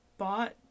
bought